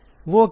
वो क्या है